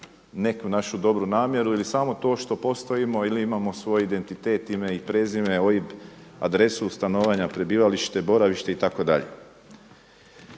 neku našu dobru namjeru ili samo to što postojimo ili imamo svoj identitet, ime i prezime, OIB, adresu stanovanja, prebivalište, boravište itd.